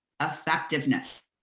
effectiveness